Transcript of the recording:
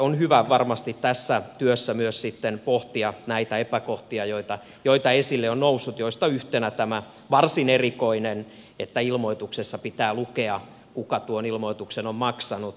on hyvä varmasti tässä työssä myös sitten pohtia näitä epäkohtia joita esille on noussut joista yhtenä tämä varsin erikoinen että ilmoituksessa pitää lukea kuka tuon ilmoituksen on maksanut